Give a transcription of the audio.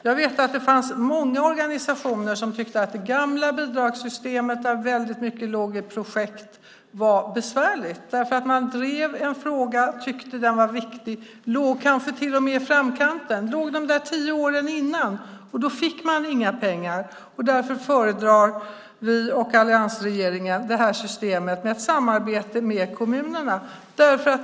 Jag vet att det var många organisationer som tyckte att det gamla bidragssystemet, där väldigt mycket låg i projekt, var besvärligt. Man drev en fråga, tyckte att den var viktig, låg kanske till och med i framkanten, låg där de tio åren innan, men fick inga pengar. Därför föredrar vi och alliansregeringen systemet med att samarbeta med kommunerna.